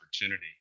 opportunity